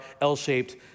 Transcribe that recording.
L-shaped